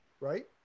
right